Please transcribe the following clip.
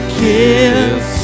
kiss